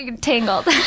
Tangled